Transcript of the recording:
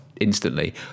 instantly